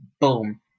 boom